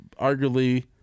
arguably